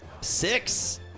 six